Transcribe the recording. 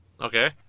Okay